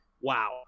wow